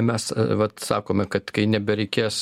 mes vat sakome kad kai nebereikės